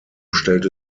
stellte